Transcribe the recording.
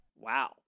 Wow